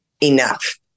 enough